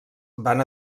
van